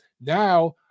now